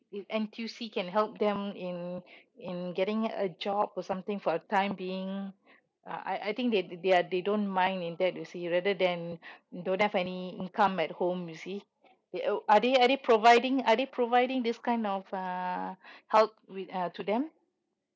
N_T_U_C can help them in in getting a job or something for the time being I I think they they are they don't mind in that you see rather than you don't have any income at home you see are they are they providing are they providing this kind of uh help with uh to them